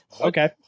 Okay